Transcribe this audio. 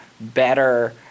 better